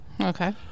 okay